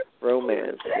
romance